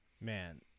Man